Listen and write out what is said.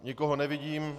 Nikoho nevidím.